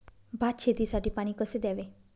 भात शेतीसाठी पाणी कसे द्यावे?